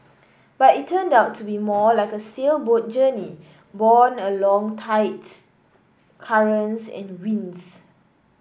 but it turned out to be more like a sailboat journey borne along by tides currents and winds